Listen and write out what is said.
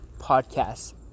podcast